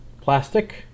plastic